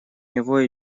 него